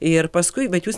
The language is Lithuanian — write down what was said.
ir paskui bet jūs